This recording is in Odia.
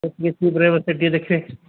ସେଏ ଗୋଟିଏ ଟିକେ ଦେଖେ